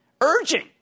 Urging